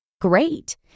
great